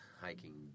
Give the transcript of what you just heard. hiking